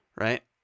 right